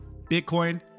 Bitcoin